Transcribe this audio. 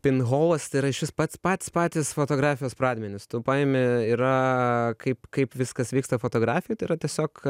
pin holas tai yra iš vis pats patys patys fotografijos pradmenys to paimi yra kaip kaip viskas vyksta fotografijoj tai yra tiesiog